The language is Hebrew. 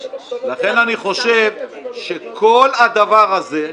לכן אני חושב שכל הדבר הזה,